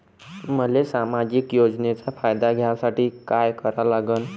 मले सामाजिक योजनेचा फायदा घ्यासाठी काय करा लागन?